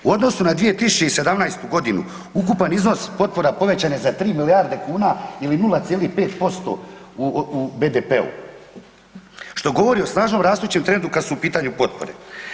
U odnosu na 2017.-tu godinu ukupan iznos potpora povećan je za 3 milijarde kuna ili 0,5% u BDP-u što govori o snažnom rastućem trendu kad su u pitanju potpore.